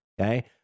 okay